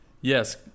Yes